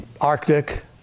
Arctic